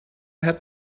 had